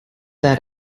that